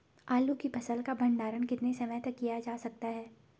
आलू की फसल का भंडारण कितने समय तक किया जा सकता है?